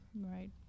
right